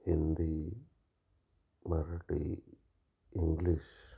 Hindi Marathi English